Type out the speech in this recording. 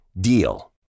DEAL